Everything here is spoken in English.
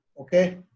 Okay